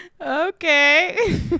okay